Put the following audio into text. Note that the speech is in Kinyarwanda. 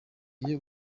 iyo